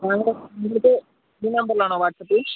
madam നിങ്ങളുടെ ഈ നമ്പറിലാണോ വാട്സാപ്പ്